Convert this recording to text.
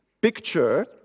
picture